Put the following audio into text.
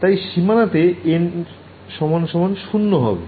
তাই সীমানাতে n ১ হবে